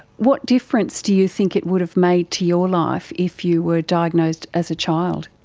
what difference do you think it would have made to your life if you were diagnosed as a child?